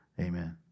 Amen